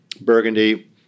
Burgundy